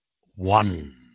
one